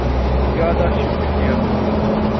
یاداش چھِ اَمہِ سۭتۍ تیز روزان